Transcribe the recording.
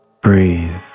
Breathe